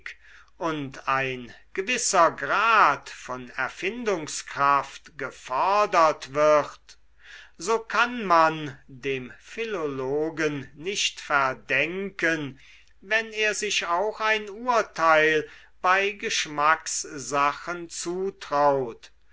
und ein gewisser grad von erfindungskraft gefordert wird so kann man dem philologen nicht verdenken wenn er sich auch ein urteil bei geschmackssachen zutraut